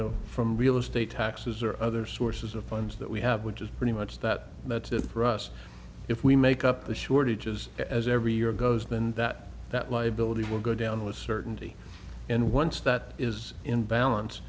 know from real estate taxes or other sources of funds that we have which is pretty much that that's it for us if we make up the shortages as every year goes than that that liability will go down with certainty and once that is in balance